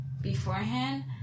beforehand